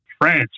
France